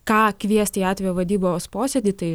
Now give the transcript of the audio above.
ką kviest į atvejo vadybos posėdį tai